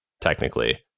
technically